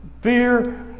fear